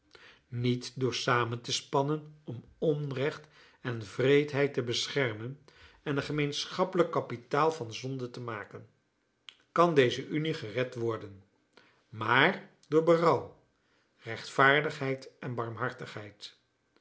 niet door samen te spannen om onrecht en wreedheid te beschermen en een gemeenschappelijk kapitaal van zonde te maken kan deze unie gered worden maar door berouw rechtvaardigheid en barmhartigheid